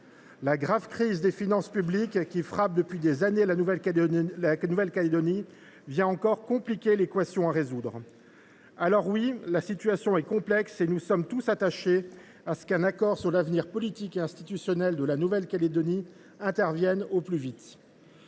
La grave crise des finances publiques qui frappe depuis des années la Nouvelle Calédonie complique encore davantage l’équation à résoudre. La situation étant complexe, nous sommes tous attachés à ce qu’un accord sur l’avenir politique et institutionnel de la Nouvelle Calédonie intervienne au plus vite.